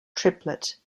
triplet